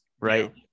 right